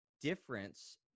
difference